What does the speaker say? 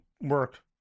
work